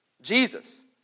Jesus